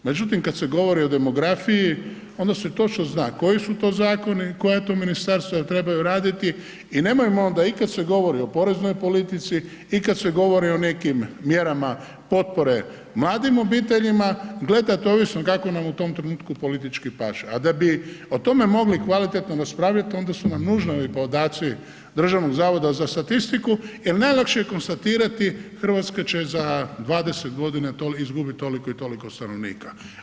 Međutim, kad se govori o demografiji onda se točno zna koji su to zakoni, koja to ministarstva trebaju raditi i nemojmo onda i kad se govori i poreznoj politici i kad se govori o nekim mjerama potpore mladim obiteljima gledat ovisno kako im u tom trenutku politički paše, a da bi o tome mogli kvalitetno raspravljat, onda su nam nužni ovi podaci Državnog zavoda za statistiku jel najlakše je konstatirati RH će za 20.g. izgubiti toliko i toliko stanovnika.